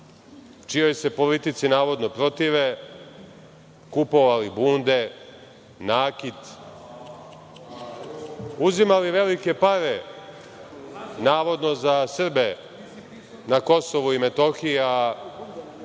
čijoj se politici, navodno, protive, kupovali bunde, nakit, uzimali velike pare, navodno za Srbe na KiM,